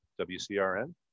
WCRN